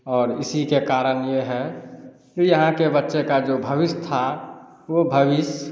और इसी के कारण ये है कि यहाँ के बच्चे का भविष्य था वो भविष्य